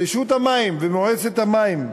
רשות המים ומועצת המים,